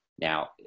Now